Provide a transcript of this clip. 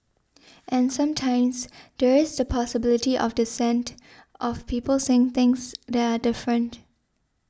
and sometimes there is the possibility of dissent of people saying things that are different